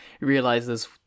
realizes